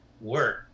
work